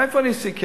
מאיפה אני אשיג כסף?